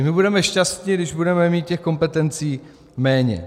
My budeme šťastní, když budeme mít těch kompetencí méně.